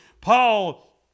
Paul